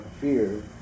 fear